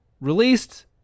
released